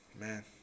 man